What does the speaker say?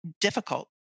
difficult